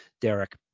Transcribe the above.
derek